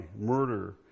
murder